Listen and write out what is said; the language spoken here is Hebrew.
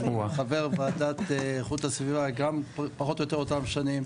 אני חבר ועדת איכות הסביבה גם פחות או יותר אותן שנים.